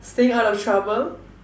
staying out of trouble